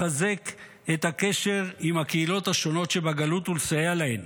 לחזק את הקשר עם הקהילות השונות שבגלות ולסייע להן,